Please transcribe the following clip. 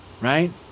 right